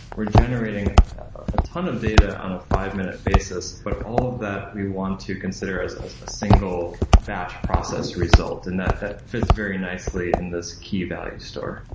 we're generating a ton of data on a five-minute basis, but all of that we want to consider as as a single batch process result and that that fits very nicely in this key value store.